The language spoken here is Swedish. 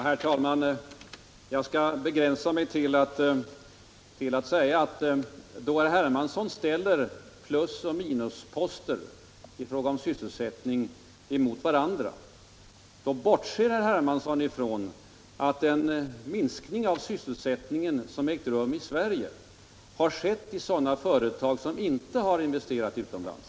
Herr talman! Jag skall begränsa mig till att säga att när herr Hermansson ställer plusoch minusposter i fråga om sysselsättningen emot varandra, då bortser han ifrån att den minskning av sysselsättningen som ägt rum i Sverige har skett i sådana företag som inte har investerat utomlands.